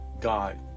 god